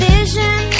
Vision